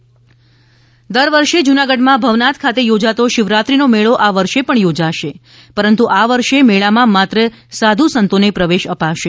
જુનાગઢ દર વર્ષે જૂનાગઢમાં ભવનાથ ખાતે યોજાતો શિવરાત્રીનો મેળો આ વર્ષે પણ યોજાશે પરંતુ આ વર્ષે મેળામાં માત્ર સાધુ સંતોને પ્રવેશ અપાશે